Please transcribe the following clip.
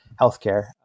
healthcare